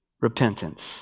repentance